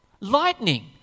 Lightning